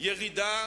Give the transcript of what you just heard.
ירידה